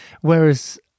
whereas